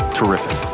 terrific